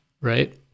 right